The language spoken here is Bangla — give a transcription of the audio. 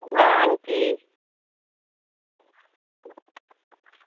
ওই আংটি